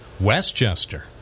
Westchester